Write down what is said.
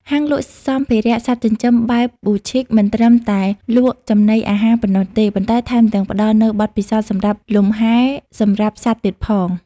ហាងលក់សម្ភារៈសត្វចិញ្ចឹមបែប Boutique មិនត្រឹមតែលក់ចំណីអាហារប៉ុណ្ណោះទេ ប៉ុន្តែថែមទាំងផ្ដល់នូវបទពិសោធន៍សម្រាកលំហែ សម្រាប់សត្វទៀតផង។